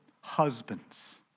husbands